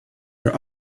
are